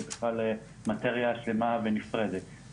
וזו בכלל מטריה שלמה ונפרדת.